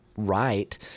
Right